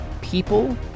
people